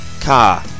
car